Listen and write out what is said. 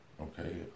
Okay